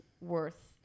worth